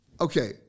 Okay